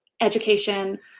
Education